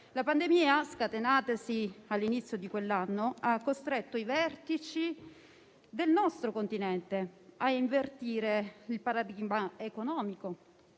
La pandemia, scatenatasi all'inizio di quell'anno, ha costretto i vertici del nostro continente a invertire il paradigma economico,